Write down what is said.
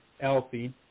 Alfie